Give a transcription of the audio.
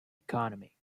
economy